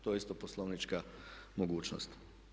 To je isto poslovnička mogućnost.